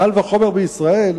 קל וחומר בישראל,